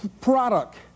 product